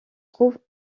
trouve